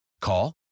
Call